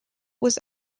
was